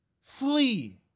Flee